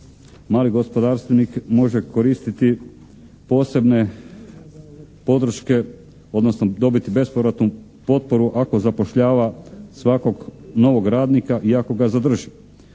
mali gospodarstvenik može koristiti posebne podrške, odnosno dobiti bespovratnu potporu ako zapošljava svakog novog radnika i ako ga zadrži.